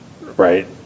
right